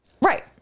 Right